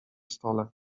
stole